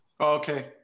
Okay